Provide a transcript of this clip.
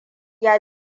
ya